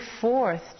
forth